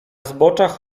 zboczach